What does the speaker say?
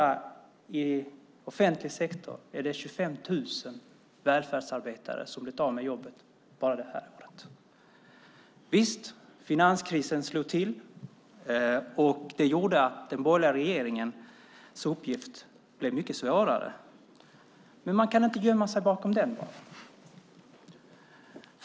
I den offentliga sektorn har 25 000 välfärdsarbetare blivit av med jobbet bara under det här året. Visst slog finanskrisen till. Det gjorde att den borgerliga regeringens uppgift blev mycket svårare, men man kan inte bara gömma sig bakom den.